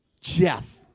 Jeff